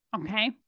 okay